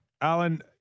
Alan